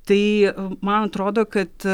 tai man atrodo kad